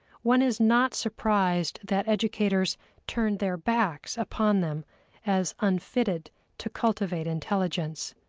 one is not surprised that educators turned their backs upon them as unfitted to cultivate intelligence.